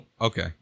Okay